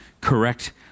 correct